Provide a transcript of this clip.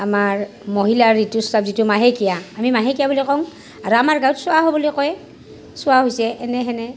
আমাৰ মহিলাৰ ঋতুস্ৰাৱ যিটো মাহেকীয়া আমি মাহেকীয়া বুলি কওঁ আৰু আমাৰ গাঁৱত চুৱা হোৱা বুলি কয় চুৱা হৈছে এনে হেনে